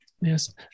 yes